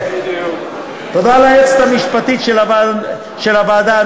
תודה ליועצת המשפטית של הוועדה,